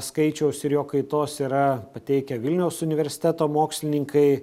skaičiaus ir jo kaitos yra pateikę vilniaus universiteto mokslininkai